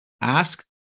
ask